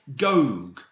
Gog